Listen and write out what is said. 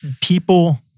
people